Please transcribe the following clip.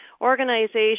organization